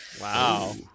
Wow